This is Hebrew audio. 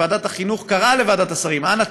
ועדת החינוך קראה לוועדת השרים: אנא,